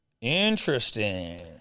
Interesting